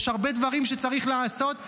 יש הרבה דברים שצריך לעשות,